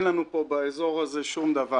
אין לנו פה באזור הזה שום דבר.